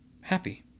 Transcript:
happy